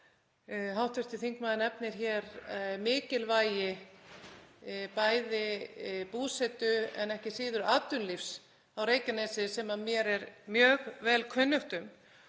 Hv. þingmaður nefnir hér mikilvægi bæði búsetu en ekki síður atvinnulífs á Reykjanesi sem mér er mjög vel kunnugt um